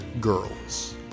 girls